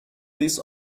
this